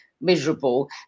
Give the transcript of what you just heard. miserable